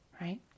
right